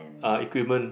uh equipment